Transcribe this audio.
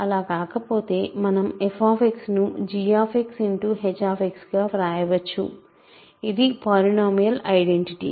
అలా కాకపోతే మనం f ను ghగా వ్రాయవచ్చు ఇది పాలినోమియల్ ఐడెంటిటీ